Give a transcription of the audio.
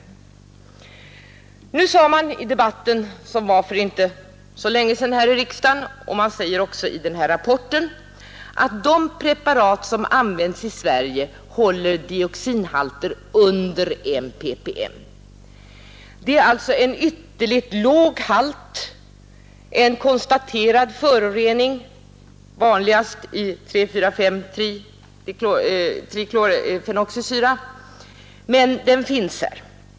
I den debatt som fördes här i riksdagen för inte så länge sedan sades det, och detsamma sägs i den aktuella rapporten, att de preparat som används i Sverige håller dioxinhalter under 1 ppm. Det är alltså en ytterligt låg halt av konstaterad förorening, som vanligen ligger vid 3,4,5-T-fenoxisyra, men den finns där ändå.